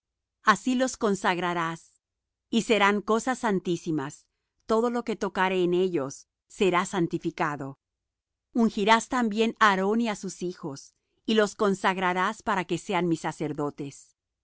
así los consagrarás y serán cosas santísimas todo lo que tocare en ellos será santificado ungirás también á aarón y á sus hijos y los consagrarás para que sean mis sacerdotes